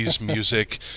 music